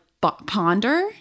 ponder